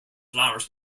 flowers